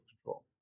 control